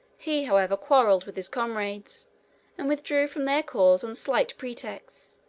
he, however, quarreled with his comrades and withdrew from their cause on slight pretexts,